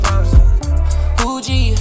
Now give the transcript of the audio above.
Gucci